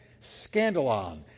scandalon